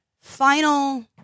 final